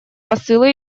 посыла